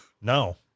No